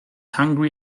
hungry